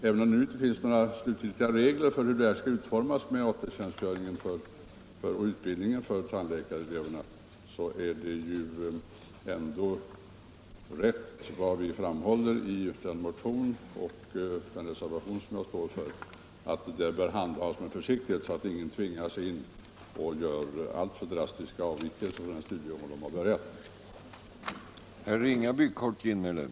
Även om det nu inte finns några slutgiltiga regler för hur AT-tjänstgöringen och utbildningen för tandläkareleverna skall utformas, är det i alla fall riktigt som vi framhåller i den motion och den reservation som jag står för — att detta skall handhas med försiktighet så att ingen tvingas göra alltför drastiska avvikelser från den studiegång som man har påbörjat.